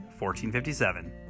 1457